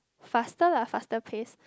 faster lah faster pace